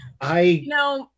I-